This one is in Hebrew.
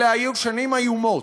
אלה היו שנים איומות,